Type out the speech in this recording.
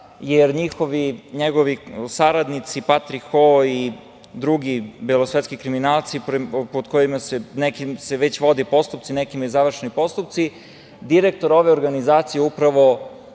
Njegovi saradnici Patrik Hol i drugi belosvetski kriminalci, za neke se već vode postupci, nekima su završeni postupci. Direktor ove organizacije je upravo